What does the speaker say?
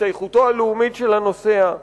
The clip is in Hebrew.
השתייכותו הלאומית של הנוסע,